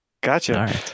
gotcha